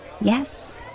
Yes